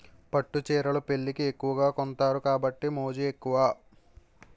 పట్టు చీరలు పెళ్లికి ఎక్కువగా కొంతారు కాబట్టి మోజు ఎక్కువ